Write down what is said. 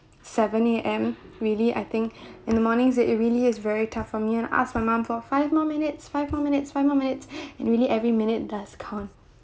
seven A_M really I think in the mornings it it really is very tough for me and ask my mum for five more minutes five minutes five more minutes and really every minute does count